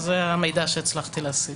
זה המידע שהצלחתי להשיג.